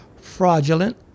fraudulent